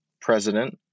President